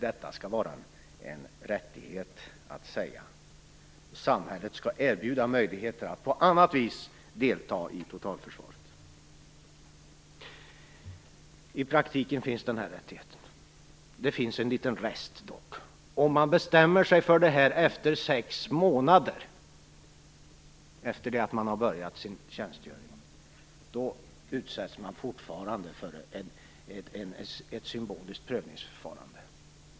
Detta skall det vara en rättighet att säga. Samhället skall erbjuda möjligheter att på annat vis delta i totalförsvaret. I praktiken finns den här rättigheten. Det finns dock en liten rest. Om man bestämmer sig för det här efter sex månader efter det att man har börjat sin tjänstgöring utsätts man fortfarande för ett symboliskt prövningsförfarande.